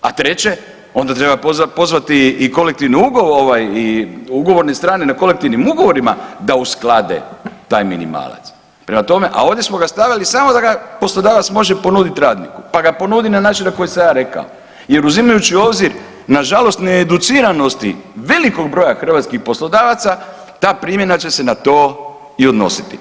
A treće, onda treba pozvati i ugovorne strane na kolektivnim ugovorima da usklade taj minimalac, prema tome a ovdje smo ga stavili samo da ga poslodavac može ponuditi radniku pa ga ponudi na način na koji sam ja rekao jer uzimajući u obzir nažalost needuciranosti velikog broja hrvatskih poslodavaca ta primjena će se na to i odnositi.